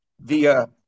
via